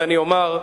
ואני אומר,